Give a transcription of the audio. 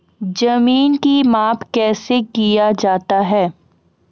जमीन की माप कैसे किया जाता हैं?